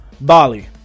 bali